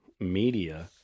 media